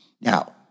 Now